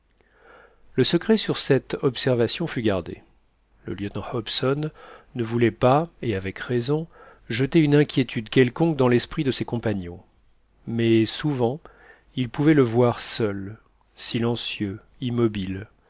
le secret sur cette observation fut gardé le lieutenant hobson ne voulait pas et avec raison jeter une inquiétude quelconque dans l'esprit de ses compagnons mais souvent ils pouvaient le voir seul silencieux immobile